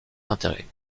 intérêt